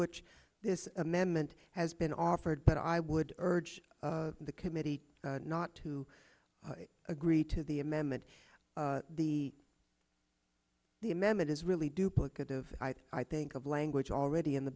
which this amendment has been offered but i would urge the committee not to agree to the amendment the the amendment is really duplicative i think of language already in the